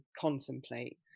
contemplate